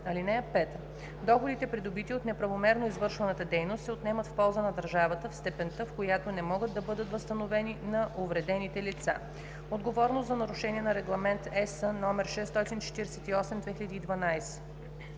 (5) Доходите, придобити от неправомерно извършваната дейност, се отнемат в полза на държавата в степента, в която не могат да бъдат възстановени на увредените лица. Отговорност за нарушения на Регламент (ЕС) № 648/2012